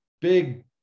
big